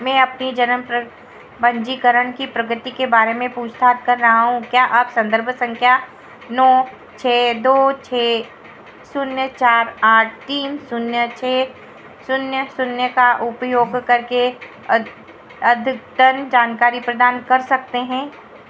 मैं अपने जन्म पन्जीकरण की प्रगति के बारे में पूछताछ कर रहा हूँ क्या आप सन्दर्भ सँख्या नौ छह दो छह शून्य चार आठ तीन शून्य छह शून्य शून्य का उपयोग करके अद्यतन जानकारी प्रदान कर सकते हैं